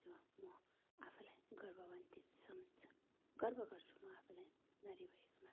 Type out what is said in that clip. जो म आफैलाई गौरवान्वित सम्झन्छु गर्व गर्छु म आफैलाई नारी भएकोमा